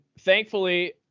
thankfully